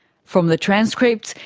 from the transcripts,